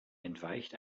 entweicht